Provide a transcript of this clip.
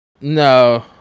no